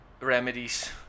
remedies